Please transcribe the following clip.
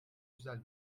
güzel